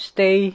Stay